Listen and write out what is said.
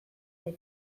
gero